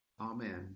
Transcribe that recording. Amen